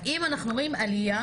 האם אנחנו רואים עלייה